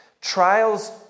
Trials